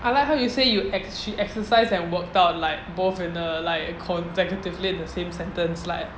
I like how you say you ex~ she exercise and worked out like both in a like a consecutively in the same sentence like